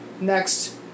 next